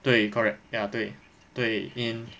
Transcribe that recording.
对 correct ya 对对 mm